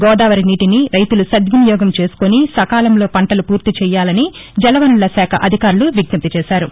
గోదావరి నీటిని రైతులు సద్వినియోగం చేసుకుని సకాలంలో పంటలు పూర్తిచేయాలని జల వనరుల శాఖ అధికారులు విజ్ఞప్తి చేశారు